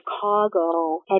Chicago